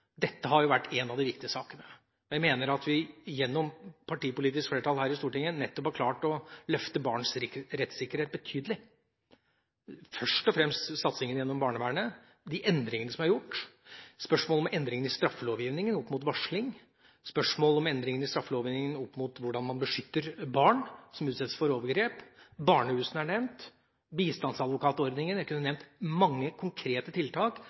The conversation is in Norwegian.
Dette har jo vært en av de viktige sakene. Jeg mener at vi gjennom partipolitisk flertall her i Stortinget har klart å løfte barns rettssikkerhet betydelig, først og fremst med satsingen på barnevernet og de endringene som er gjort der, med spørsmålet om endring i straffelovgivningen når det gjelder varsling, med spørsmålet om endring i straffelovgivningen når det gjelder hvordan man beskytter barn som utsettes for overgrep – barnehusene er nevnt – og med bistandsadvokatordningen. Jeg kunne ha nevnt mange konkrete tiltak